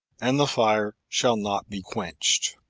and the fire shall not be quenched.